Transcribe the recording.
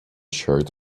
shirt